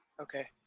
Okay